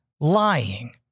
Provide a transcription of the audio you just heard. lying